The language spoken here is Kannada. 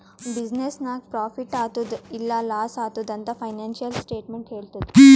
ಬಿಸಿನ್ನೆಸ್ ನಾಗ್ ಪ್ರಾಫಿಟ್ ಆತ್ತುದ್ ಇಲ್ಲಾ ಲಾಸ್ ಆತ್ತುದ್ ಅಂತ್ ಫೈನಾನ್ಸಿಯಲ್ ಸ್ಟೇಟ್ಮೆಂಟ್ ಹೆಳ್ತುದ್